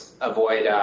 avoid